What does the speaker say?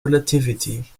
relativity